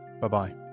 Bye-bye